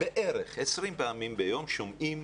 בערך 20 פעמים ביום שומעים